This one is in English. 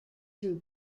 through